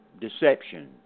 deception